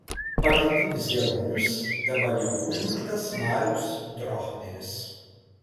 pagrindinis herojus dabar jau užmirštas marius drochneris